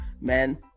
man